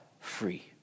free